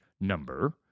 number